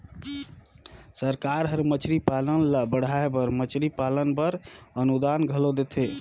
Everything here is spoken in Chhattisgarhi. सरकार हर मछरी पालन ल बढ़ाए बर मछरी पालन बर अनुदान घलो देथे